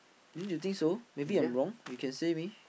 don't you think so maybe I'm wrong you can say me